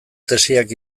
tesiak